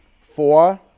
Four